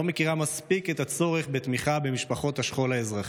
לא מכירים מספיק את הצורך בתמיכה במשפחות השכול האזרחי.